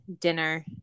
dinner